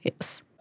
Yes